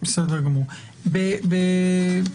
זהו.